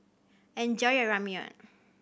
enjoy your Ramyeon